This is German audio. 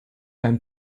beim